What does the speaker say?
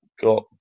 got